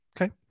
Okay